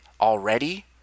already